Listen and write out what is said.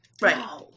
Right